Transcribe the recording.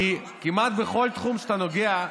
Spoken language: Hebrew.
כי כמעט בכל תחום שאתה נוגע,